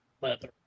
leather